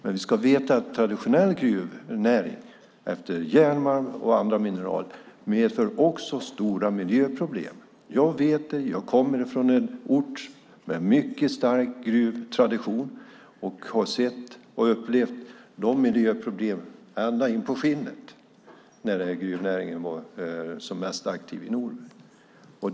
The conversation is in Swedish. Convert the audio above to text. Men vi ska veta att traditionell gruvnäring, med järnmalm och andra mineraler, också medför stora miljöproblem. Jag vet det, för jag kommer från en ort med mycket stark gruvtradition och har sett och upplevt miljöproblemen in på bara skinnet när gruvnäringen var som mest aktiv i Norberg.